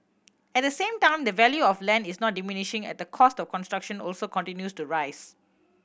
at the same time the value of land is not diminishing and the cost of construction also continues to rise